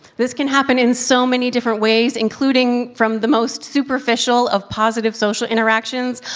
this can happen in so many different ways, including from the most superficial of positive social interactions.